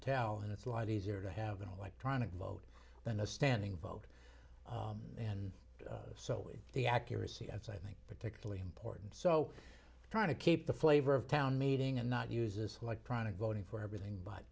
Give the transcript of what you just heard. tell and it's a lot easier to have an electronic vote than a standing vote and so the accuracy of so i think particularly important so trying to keep the flavor of town meeting and not uses electronic voting for everything but